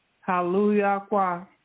Hallelujah